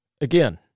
Again